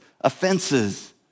offenses